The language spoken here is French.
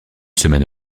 semaine